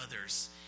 others